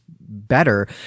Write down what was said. better